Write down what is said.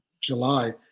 July